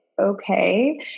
okay